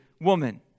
woman